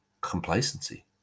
complacency